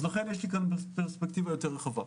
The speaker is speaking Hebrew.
לכן יש לי פרספקטיבה יותר רחבה.